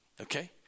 okay